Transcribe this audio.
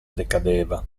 decadeva